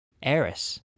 Eris